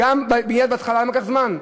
מייד בהתחלה כבר לקח זמן?